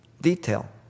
detail